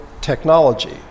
technology